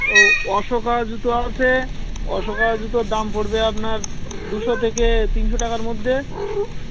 ও অশোকা জুতো আছে অশোকা জুতোর দাম পড়বে আপনার দুশো থেকে তিনশো টাকার মধ্যে